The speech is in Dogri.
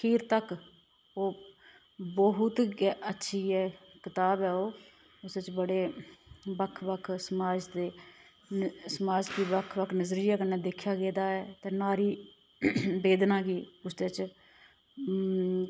खीर तक ओह् बहुत गै अच्छी ऐ कताब ओह् उस च बड़े बक्ख बक्ख समाज दे समाज दे बक्ख बक्ख नजरिये कन्नै दिक्खेआ गेदा ऐ ते नारी बेदना गी उसदे च